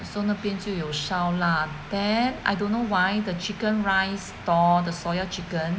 so 那边就有烧腊 then I don't know why the chicken rice stall the soya chicken